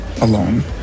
alone